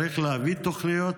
צריך להביא תוכניות,